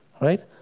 Right